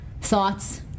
Thoughts